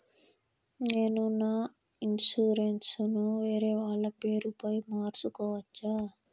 నేను నా ఇన్సూరెన్సు ను వేరేవాళ్ల పేరుపై మార్సుకోవచ్చా?